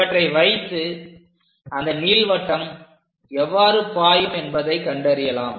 இவற்றை வைத்து அந்த நீள்வட்டம் எவ்வாறு பாயும் என்பதை நாம் கண்டறியலாம்